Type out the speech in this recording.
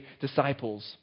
disciples